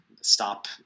stop